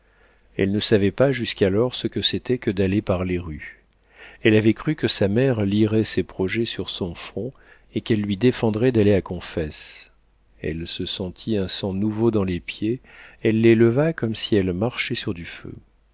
elle ne savait pas jusqu'alors ce que c'était que d'aller par les rues elle avait cru que sa mère lirait ses projets sur son front et qu'elle lui défendrait d'aller à confesse elle se sentit un sang nouveau dans les pieds elle les leva comme si elle marchait sur du feu